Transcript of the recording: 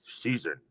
season